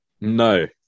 no